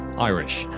irish.